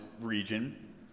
region